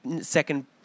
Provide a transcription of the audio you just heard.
second